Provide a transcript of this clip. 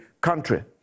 country